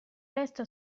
resto